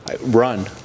run